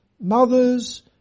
mothers